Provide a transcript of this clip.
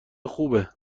خوبه